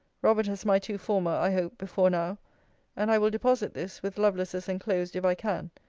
robert has my two former, i hope, before now and i will deposit this, with lovelace's enclosed, if i can,